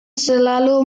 selalu